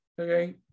okay